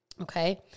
Okay